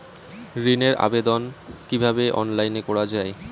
ঋনের আবেদন কিভাবে অনলাইনে করা যায়?